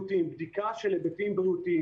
בדיקה של היבטים בריאותיים.